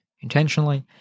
intentionally